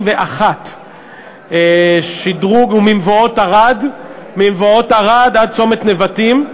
31. השדרוג הוא ממבואות ערד עד צומת נבטים.